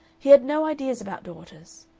he had no ideas about daughters.